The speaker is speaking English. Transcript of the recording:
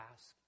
Ask